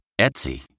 Etsy